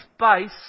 space